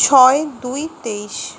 ছয় দুই তেইশ